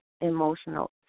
emotional